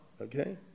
okay